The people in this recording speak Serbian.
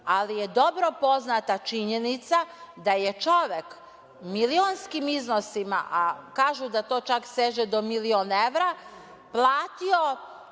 ali je dobro poznata činjenica da je čovek milionskim iznosima, a kažu da to čak seže do milion evra, platio